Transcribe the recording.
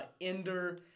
ender